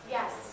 Yes